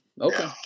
Okay